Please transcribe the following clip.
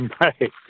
Right